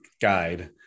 guide